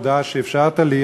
תודה שאפשרת לי,